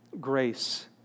grace